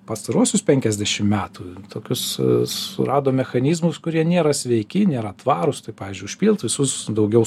pastaruosius penkiasdešim metų tokius surado mechanizmus kurie nėra sveiki nėra tvarūs tai pavyzdžiui užpilt visus daugiau